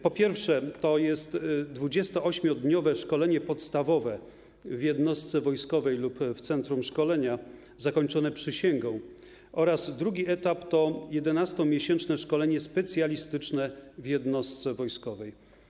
Pierwszy to jest 28-dniowe szkolenie podstawowe w jednostce wojskowej lub w centrum szkolenia, zakończone przysięgą, a drugi etap to 11-miesięczne szkolenie specjalistyczne w jednostce wojskowej.